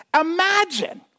Imagine